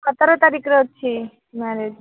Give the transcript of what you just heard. ସତର ତାରିଖରେ ଅଛି ମ୍ୟାରେଜ୍